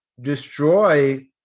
destroy